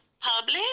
public